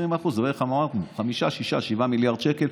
אמרנו 5, 6, 7 מיליארד שקל.